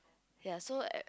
ya so